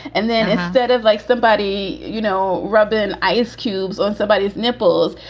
and then instead of like somebody, you know, rubbing ice cubes on somebody's nipples,